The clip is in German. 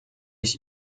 ich